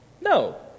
No